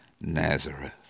Nazareth